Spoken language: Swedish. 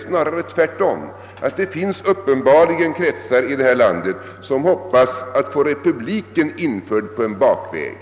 Snarare finns det uppenbarligen kretsar här i landet som hoppas få republik införd på en bakväg.